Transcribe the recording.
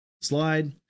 slide